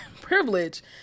privilege